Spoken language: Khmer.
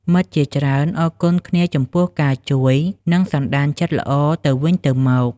មិត្តជាច្រើនអរគុណគ្នាចំពោះការជួយ និងសណ្ដានចិត្តល្អទៅវិញទៅមក។